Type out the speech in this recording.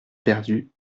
perdu